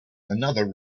another